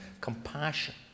compassion